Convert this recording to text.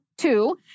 Two